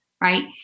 right